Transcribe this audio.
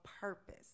purpose